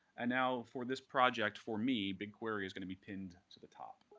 and now for this project for me, bigquery is going to be pinned to the top.